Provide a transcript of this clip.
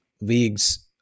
leagues